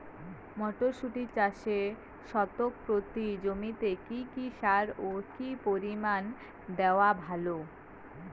মটরশুটি চাষে শতক প্রতি জমিতে কী কী সার ও কী পরিমাণে দেওয়া ভালো?